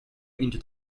into